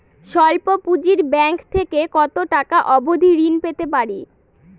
স্বল্প পুঁজির ব্যাংক থেকে কত টাকা অবধি ঋণ পেতে পারি?